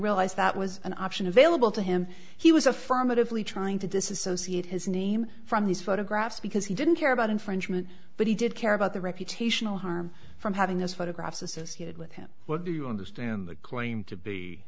realize that was an option available to him he was affirmatively trying to disassociate his name from these photographs because he didn't care about infringement but he did care about the reputational harm from having his photographs associated with him what do you understand the claim to be